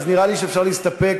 אז נראה לי שאפשר להסתפק,